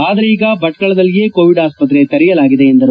ಆದರೆ ಈಗ ಭಟ್ಟಳದಲ್ಲಿಯೆ ಕೋವಿಡ್ ಆಸ್ವತ್ರೆ ತೆರೆಯಲಾಗಿದೆ ಎಂದರು